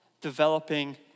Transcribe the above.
developing